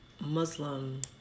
Muslim